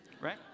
right